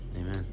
Amen